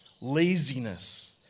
laziness